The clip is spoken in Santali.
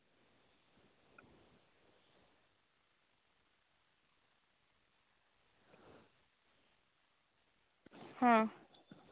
ᱦᱮᱸ